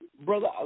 brother